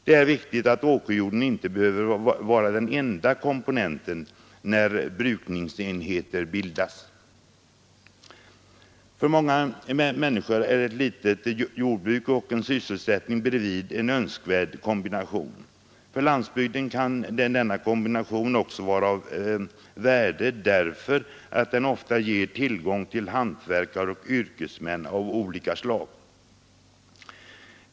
Det är viktigt att åkerjorden inte behöver vara den enda komponenten när brukningsenheter bildas. För många människor är ett litet jordbruk och en sysselsättning bredvid en önskvärd kombination. Också för landsbygden kan denna kombination vara av värde, därför att den ofta ger tillgång till hantverkare och yrkesmän av olika slag.